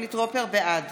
בעד